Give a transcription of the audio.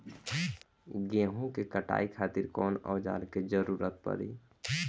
गेहूं के कटाई खातिर कौन औजार के जरूरत परी?